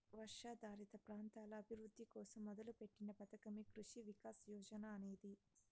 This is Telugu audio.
వర్షాధారిత ప్రాంతాల అభివృద్ధి కోసం మొదలుపెట్టిన పథకమే కృషి వికాస్ యోజన అనేది